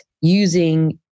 using